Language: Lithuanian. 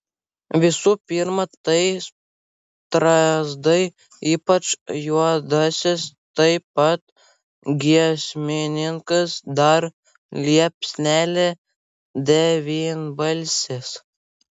visų pirma tai strazdai ypač juodasis taip pat giesmininkas dar liepsnelė devynbalsės